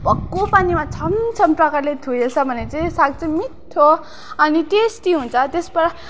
भक्कु पानीमा छमछम प्रकारले धुएछ भने चाहिँ साग चाहिँ मिठो अनि टेस्टी हुन्छ अनि त्यसबाट